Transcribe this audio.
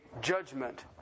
judgment